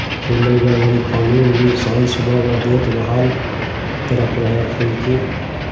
फूल लगबै घड़ी पानि उनि शाम सुबह ओकरा देखभाल करय पड़ै हइ फूलके